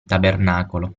tabernacolo